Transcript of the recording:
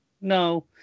no